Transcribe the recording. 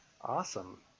Awesome